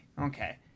Okay